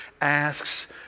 asks